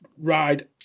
ride